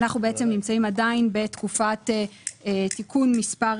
אנחנו עדיין נמצאים בתקופת תיקון מספר